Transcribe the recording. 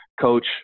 coach